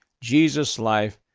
jesus' life,